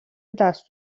دست